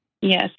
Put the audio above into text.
Yes